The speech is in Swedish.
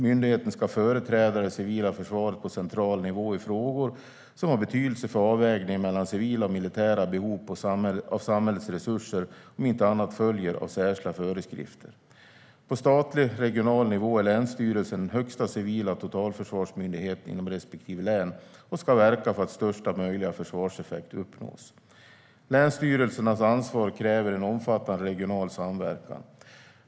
Myndigheten ska företräda det civila försvaret på central nivå i frågor som har betydelse för avvägningen mellan civila och militära behov av samhällets resurser om inte annat följer av särskilda föreskrifter. På statlig regional nivå är länsstyrelsen den högsta civila totalförsvarsmyndigheten inom respektive län, och den ska verka för att största möjliga försvarseffekt uppnås. Länsstyrelsernas ansvar kräver en omfattande regional samverkan.